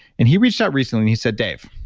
and he reached out recently, he said, dave,